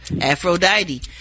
Aphrodite